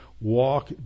walk